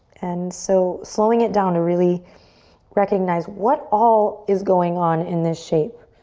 and so slowing it down to really recognize what all is going on in this shape.